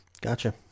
Gotcha